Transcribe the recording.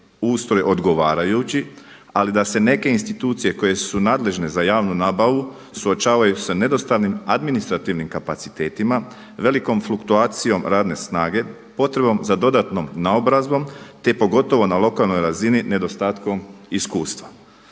ustroj odgovarajući ali da se neke institucije koje su nadležne za javnu nabavu suočavaju sa nedostatnim administrativnim kapacitetima, velikom fluktuacijom radne snage, potrebom za dodatnom naobrazbom te pogotovo na lokalnoj razini nedostatkom iskustva.